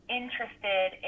interested